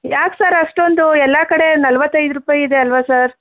ಯಾಕೆ ಸರ್ ಅಷ್ಟೊಂದು ಎಲ್ಲ ಕಡೆ ನಲ್ವತ್ತೈದು ರೂಪಾಯಿ ಇದೆ ಅಲ್ವಾ ಸರ್